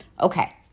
okay